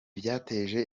byateje